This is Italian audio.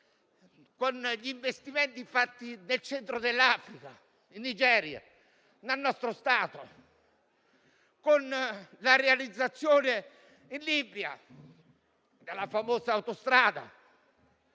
con gli investimenti fatti nel centro dell'Africa e in Nigeria e con la realizzazione in Libia della famosa autostrada.